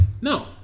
no